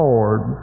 Lord